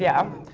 yeah.